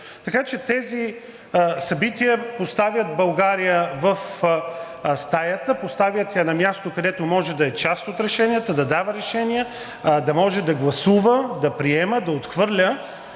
Така че тези събития поставят България в стаята, поставят я на място, където може да е част от решенията, да дава решения, да може да гласува, да приема, да отхвърля.